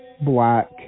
black